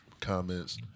comments